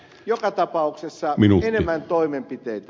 joka tapauksessa enemmän toimenpiteitä